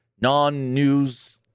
non-news